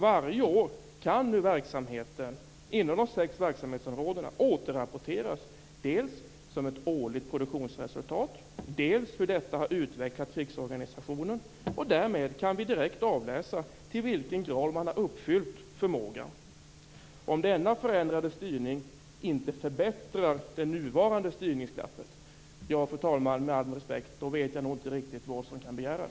Varje år kan verksamheten inom de sex verksamhetsområdena återrapporteras som ett årligt produktionsresultat. Man kan också återrapportera hur detta har utvecklat krigsorganisationen. Därmed kan vi direkt avläsa till vilken grad man har utnyttjat sin förmåga. Om denna förändrade styrning inte förbättrar det nuvarande styrningsglappet vet jag med all respekt, fru talman, inte riktigt vad som kan begäras.